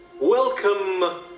Welcome